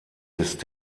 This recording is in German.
ist